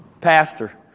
Pastor